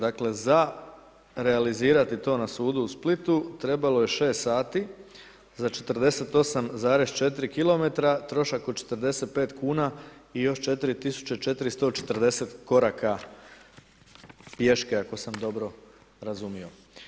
Dakle, za realizirati to na sudu u Splitu trebalo je 6 sati, za 48,4 km, trošak do 45 kuna i još 4.430 koraka pješke ako sam dobro razumio.